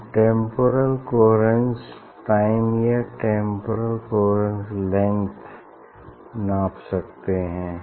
हम temporal coherence time या temporal coherence length नाप सकते है